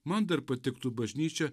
man dar patiktų bažnyčia